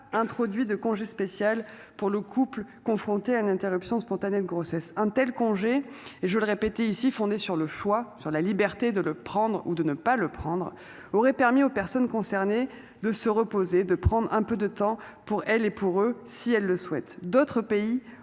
introduit de congé spécial pour le couple confronté à une interruption spontanée de grossesse un tel congé. Et je veux le répéter ici fondée sur le choix sur la liberté de le prendre ou de ne pas le prendre aurait permis aux personnes concernées de se reposer de prendre un peu de temps pour elle et pour eux si elle le souhaite, d'autres pays